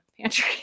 pantry